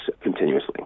continuously